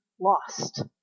lost